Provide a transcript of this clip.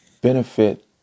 benefit